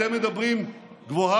אתם מדברים גבוהה-גבוהה,